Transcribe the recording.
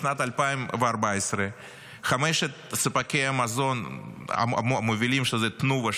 בשנת 2014 חמשת ספקי המזון המובילים: תנובה,